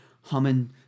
humming